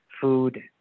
food